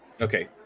Okay